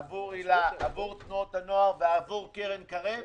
עבור תנועות הנוער ועבור קרן קרב.